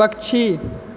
पक्षी